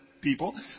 people